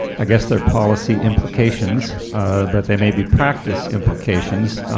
i guess they are policy implications but they may be practice implications,